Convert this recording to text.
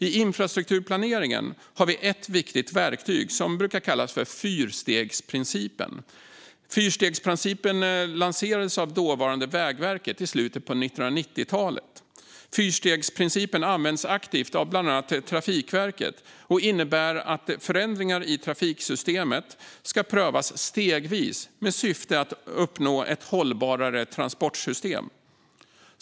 I infrastrukturplaneringen har vi ett viktigt verktyg som brukar kallas fyrstegsprincipen. Denna princip lanserades av dåvarande Vägverket i slutet av 1990-talet. Fyrstegsprincipen används aktivt av bland annat Trafikverket och innebär att förändringar i trafiksystemet ska prövas stegvis med syfte att uppnå ett hållbarare transportsystem.